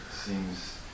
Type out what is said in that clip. seems